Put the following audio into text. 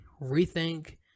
rethink